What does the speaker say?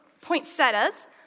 poinsettias